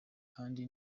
kandi